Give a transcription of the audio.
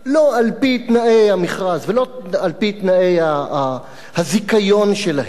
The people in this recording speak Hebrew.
לא על-פי תנאי המכרז ולא על-פי תנאי הזיכיון שלהם,